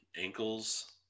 ankles